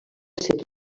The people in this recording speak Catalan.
ser